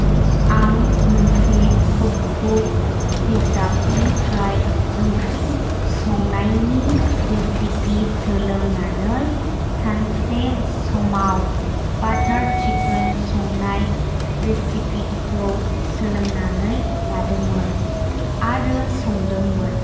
आं मोनसे cook book बिजाबनिफ्राय ओंख्रि संनायनि रेसिपि सोलोंनानै सानसेखालि बाटार चिकेन संनाय रेसिपि खौ सोलोंनानै लादोंमोन आरो संदोंमोन